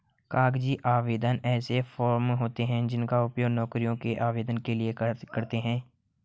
कागजी आवेदन ऐसे फॉर्म होते हैं जिनका उपयोग नौकरियों के आवेदन के लिए करते हैं